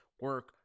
Work